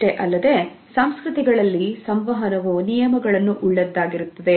ಇಷ್ಟೇ ಅಲ್ಲದೆ ಸಂಸ್ಕೃತಿಗಳಲ್ಲಿ ಸಂವಹನವು ನಿಯಮಗಳನ್ನು ಒಳ್ಳೆಯದಾಗಿರುತ್ತದೆ